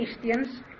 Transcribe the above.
Christians